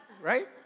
Right